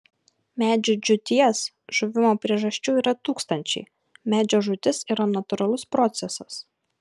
medžių džiūties žuvimo priežasčių yra tūkstančiai medžio žūtis yra natūralus procesas